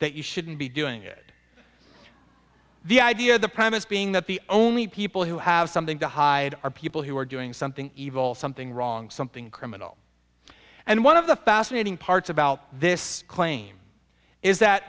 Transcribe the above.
that you shouldn't be doing it the idea the premise being that the only people who have something to hide are people who are doing something evil something wrong something criminal and one of the fascinating parts about this claim is that